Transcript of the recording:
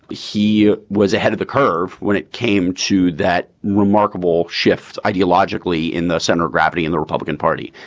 but he ah was ahead of the curve when it came to that remarkable shift ideologically in the center of gravity in the republican party.